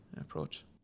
approach